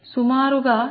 సుమారుగా 2311